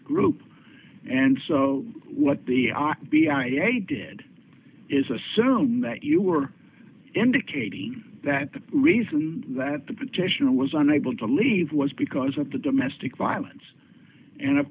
group and so what the b r d a did is assume that you were indicating that the reason that the petitioner was unable to leave was because of the domestic violence and of